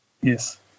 Yes